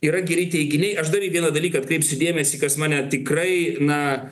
yra geri teiginiai aš dar į vieną dalyką atkreipsiu dėmesį kas mane tikrai na